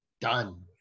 done